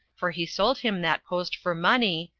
for he sold him that post for money,